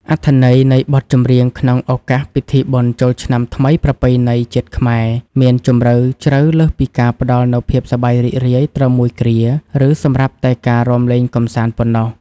អត្ថន័យនៃបទចម្រៀងក្នុងឱកាសពិធីបុណ្យចូលឆ្នាំថ្មីប្រពៃណីជាតិខ្មែរ មានជម្រៅជ្រៅលើសពីការផ្ដល់នូវភាពសប្បាយរីករាយត្រឹមមួយគ្រា ឬសម្រាប់តែការរាំលេងកម្សាន្តប៉ុណ្ណោះ។